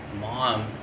mom